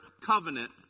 covenant